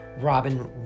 Robin